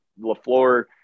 LaFleur